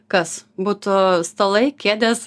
kas būtų stalai kėdės